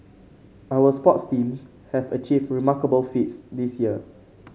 our sports teams have achieved remarkable feats this year